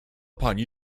pani